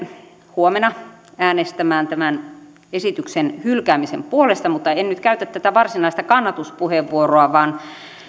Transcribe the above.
huomenna äänestämään tämän esityksen hylkäämisen puolesta mutta en nyt käytä tätä varsinaista kannatuspuheenvuoroa vaan